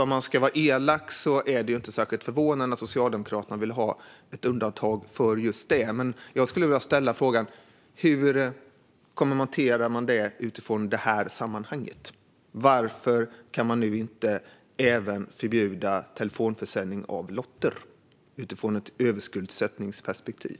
Om man ska vara elak är det alltså inte särskilt förvånande att Socialdemokraterna vill ha ett undantag för just detta. Jag skulle vilja ställa frågan: Hur kommenterar ni det utifrån det här sammanhanget? Varför kan man nu inte förbjuda även telefonförsäljning av lotter utifrån ett överskuldsättningsperspektiv?